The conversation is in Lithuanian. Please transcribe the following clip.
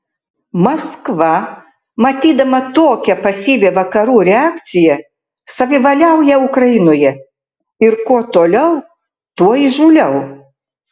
maskva matydama tokią pasyvią vakarų reakciją savivaliauja ukrainoje ir kuo toliau tuo įžūliau